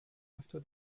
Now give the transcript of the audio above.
after